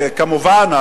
כמובן,